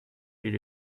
did